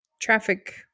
traffic